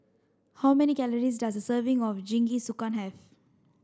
how many calories does a serving of Jingisukan have